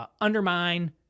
Undermine